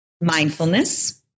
Mindfulness